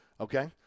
okay